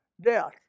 Death